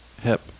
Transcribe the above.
hip